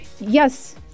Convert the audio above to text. yes